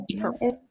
Perfect